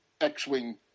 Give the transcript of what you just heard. X-Wing